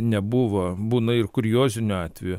nebuvo būna ir kuriozinių atvejų